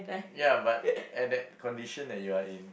ya but at that condition that you're in